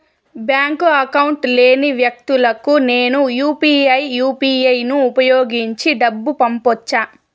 Bank account లేని వ్యక్తులకు నేను యు పి ఐ యు.పి.ఐ ను ఉపయోగించి డబ్బు పంపొచ్చా?